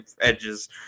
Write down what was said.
edges